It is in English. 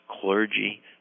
clergy